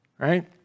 Right